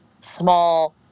small